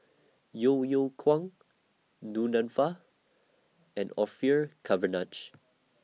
Yeo Yeow Kwang Du Nanfa and Orfeur Cavenagh